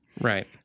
Right